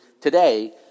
today